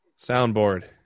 Soundboard